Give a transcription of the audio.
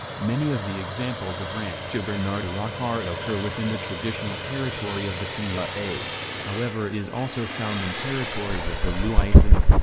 many of the examples of rancho bernardo rock art occur within the traditional territory of the kumeyaay, however it is also found in territories of the luiseno,